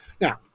Now